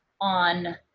on